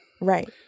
right